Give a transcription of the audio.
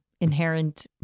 inherent